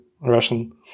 Russian